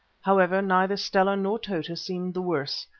however, neither stella nor tota seemed the worse,